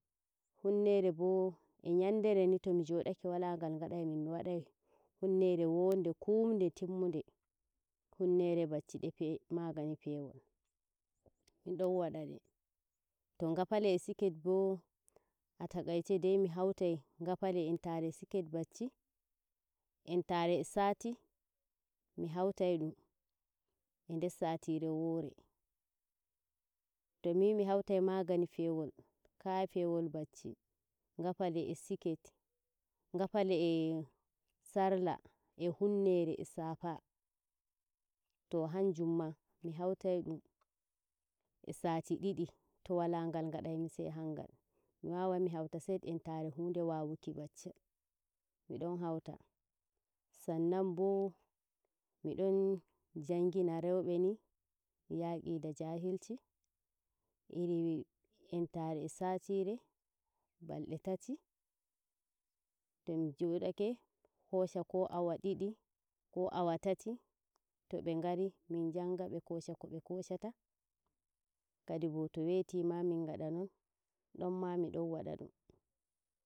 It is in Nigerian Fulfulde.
hunmnere bo e nyandere ni to mi jodake wala ngal ngadaimi mi wadai humnere wonda kumde timmude humnere bacci de pe- magani pewol midon wadade. To ngafali e sket bo a taqaice dai the hautai ngafali entare sket bacci entare saata yaqi da jahilci in entare a satire balde tati to mi jodake mi hoshai ko awa didi ko awa tati be ngari min janga be kosha ko koshata kadibo ko weti min ma min ngada non don ma mida wada dum.